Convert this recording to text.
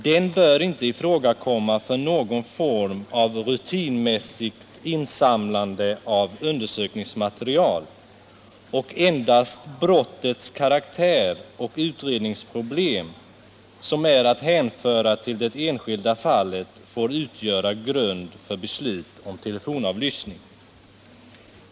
Den bör inte ifrågakomma för någon form av rutinmässigt insamlande av undersökningsmaterial. Endast brottets karaktär och utredningsproblem som är att hänföra till det enskilda fallet får utgöra grund för beslut om telefonavlyssning.